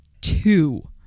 two